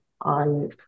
on